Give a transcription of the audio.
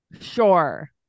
sure